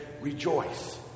Rejoice